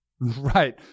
Right